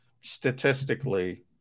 statistically